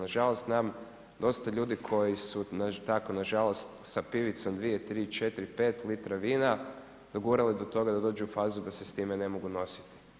Nažalost znam dosta ljudi koji su tako nažalost, sa pivicom, 2, 3, 4, 5 litre vina dogurali do toga da dođu u fazu da se s time ne mogu nositi.